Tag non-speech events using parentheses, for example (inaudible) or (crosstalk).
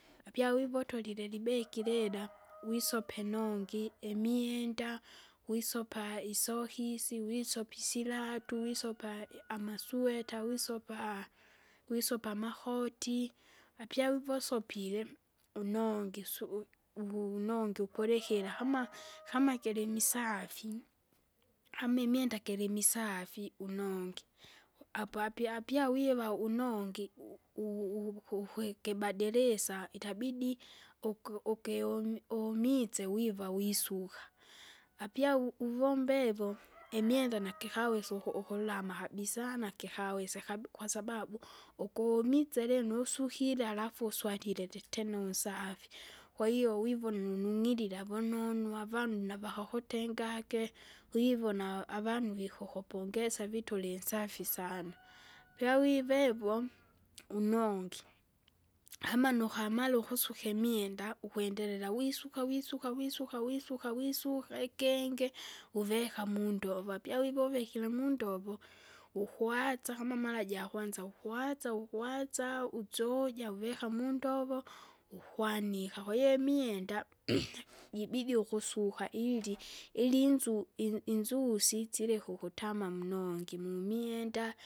Apya wiva utolile libegi (noise) lila (noise) wisope nongi imienda, wisopa isokisi isilatu, (noise) wisopa amasweta, wisopa wisopa amakoti, apya wiva usopile, unongi suu- uvunongi upulikira (noise) kama kama kilimisafi, kama imwenda gilimisafi, unongi, apo apie apie wiwa unongi, u- uvu- u- ukwe kibadilisa itabidi uku- ukiu- umize wiva wisuka. Apya uvu- uvombe ivo (noise) imwenda nakikawesa uku- ukulama kabisa, nakikawesa kabi kwasababu ukumitse lino usukire alafu uwalile litena unsaaf. Kwahiyo wivona unung'irira vunonu avanu navaka kutengage, wivona avanu vikukupongeza vitu ulinsafi sana. (noise) Pia wivevu, unongi amanuka amala ukusuka imwenda, ukwendelela wisuka wisuka wisuka wisuka wisuka ikenge, uvika mundova, apya ivouvikire mundovo, ukwasa kama mara jakwanza, ukwasa ukwasa usoja uvika mondovo, ukwanika. Kwahiyo imwenda (noise) jibidi ukusuka ili, (noise) ili inzu i- i- inzusi sileke ukutama mnongi mumienda.